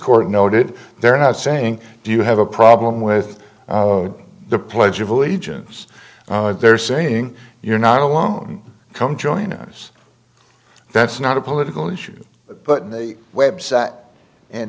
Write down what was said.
court noted they're not saying do you have a problem with the pledge of allegiance they're saying you're not alone come join us that's not a political issue but a website and